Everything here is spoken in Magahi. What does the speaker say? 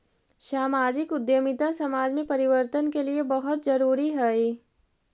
सामाजिक उद्यमिता समाज में परिवर्तन के लिए बहुत जरूरी हई